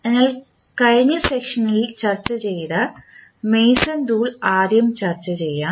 അതിനാൽ കഴിഞ്ഞ സെക്ഷനിൽ ചർച്ച ചെയ്ത മേസൺ റൂൾ ആദ്യം ചർച്ച ചെയ്യാം